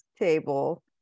table